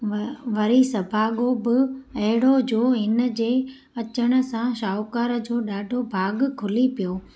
व वरी सभाॻो बि अहिड़ो इन जे अचण सां शाहुकार जो ॾाढो भाॻु खुली पियो